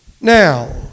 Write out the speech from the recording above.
Now